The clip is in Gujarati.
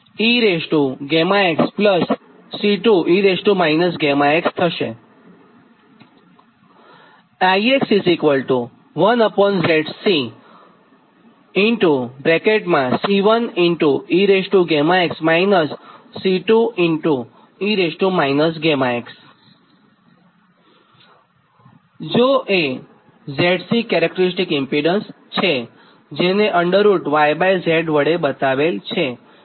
જો એ 𝑍𝐶કેરેક્ટરીક્ટીક્સ ઇમ્પીડન્સ છે જેને yz વડે દર્શાવ્વામાં આવે છે